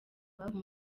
ababo